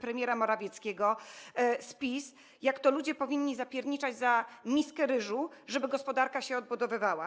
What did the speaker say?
premiera Morawieckiego z PiS, jak to ludzie powinni zapierniczać za miskę ryżu, żeby gospodarka się odbudowywała.